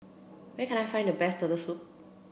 where can I find the best turtle soup